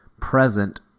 present